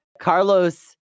carlos